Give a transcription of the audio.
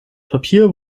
papier